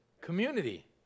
Community